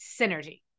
Synergy